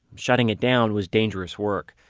shutting it down was dangerous work.